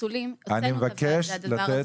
הדבר הזה